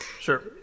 Sure